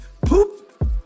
Poop